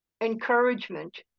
encouragement